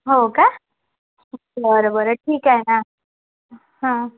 हो का बरं बरं ठीक आहे ना